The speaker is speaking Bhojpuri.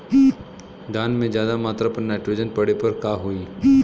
धान में ज्यादा मात्रा पर नाइट्रोजन पड़े पर का होई?